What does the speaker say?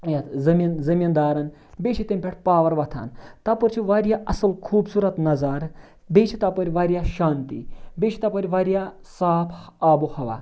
یَتھ زٔمیٖن زٔمیٖندارَن بیٚیہِ چھِ تمہِ پٮ۪ٹھ پاوَر وۄتھان تَپٲرۍ چھِ واریاہ اَصٕل خوٗبصوٗرت نظارٕ بیٚیہِ چھِ تَپٲرۍ واریاہ شانتی بیٚیہِ چھِ تَپٲرۍ واریاہ صاف آب و ہوا